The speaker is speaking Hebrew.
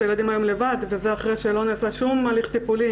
הילדים לבד וזה אחרי שלא נעשה שום הליך טיפול,